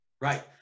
right